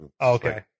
Okay